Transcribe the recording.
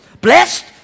Blessed